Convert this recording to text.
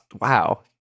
Wow